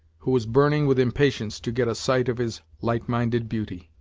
who was burning with impatience to get a sight of his light-minded beauty.